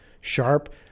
sharp